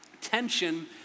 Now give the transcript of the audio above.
tension